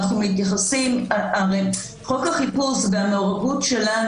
מנוסח עכשיו יש לי קושי עם ההתייעצות איתנו.